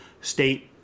State